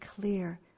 clear